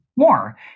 More